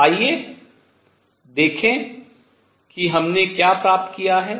तो आइए देखें कि हमने क्या प्राप्त किया है